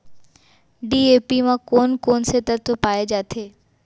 DAP म कोन कोन से तत्व पाए जाथे?